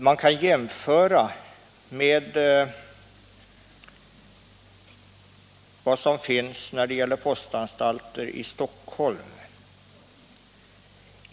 Man kan jämföra med vad som finns när det gäller postanstalter i Stockholm.